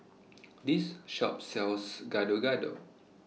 This Shop sells Gado Gado